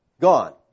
Gone